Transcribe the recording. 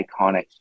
iconic